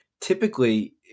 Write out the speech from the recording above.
typically